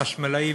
חשמלאים,